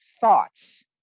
thoughts